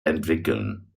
entwickeln